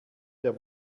der